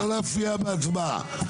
לא להפריע בהצבעה.